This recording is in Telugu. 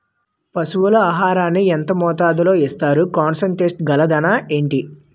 పశువుల ఆహారాన్ని యెంత మోతాదులో ఇస్తారు? కాన్సన్ ట్రీట్ గల దాణ ఏంటి?